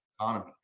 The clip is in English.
economy